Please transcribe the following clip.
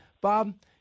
Bob